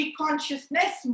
consciousness